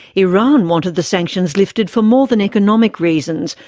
iran wanted the sanctions lifted for more than economic reasons,